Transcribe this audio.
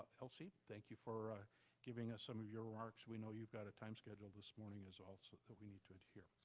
elsie, thank you for giving us some of your arch. we know you've got a time schedule this morning as well that we need to adhere.